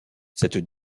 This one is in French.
cette